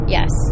Yes